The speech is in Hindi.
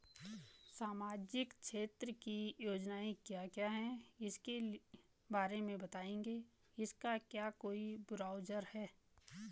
सामाजिक क्षेत्र की योजनाएँ क्या क्या हैं उसके बारे में बताएँगे इसका क्या कोई ब्राउज़र है?